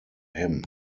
him